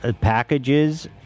Packages